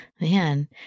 Man